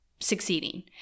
succeeding